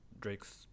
Drake's